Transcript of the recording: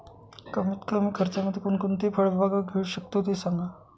कमीत कमी खर्चामध्ये कोणकोणती फळबाग घेऊ शकतो ते सांगा